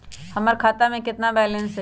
हमर खाता में केतना बैलेंस हई?